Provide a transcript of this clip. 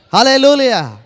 Hallelujah